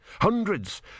Hundreds